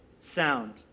sound